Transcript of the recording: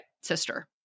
sister